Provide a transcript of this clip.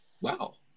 Wow